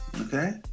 Okay